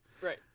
Right